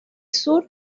sur